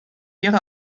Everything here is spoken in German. ihre